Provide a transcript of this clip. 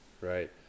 right